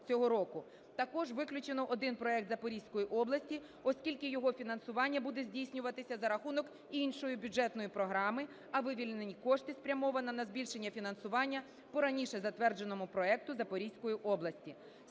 Також виключено один проект Запорізької області, оскільки його фінансування буде здійснюватися за рахунок іншої бюджетної програми, а вивільнені кошти спрямовано на збільшення фінансування по раніше затвердженому проекту Запорізької області.